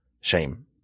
shame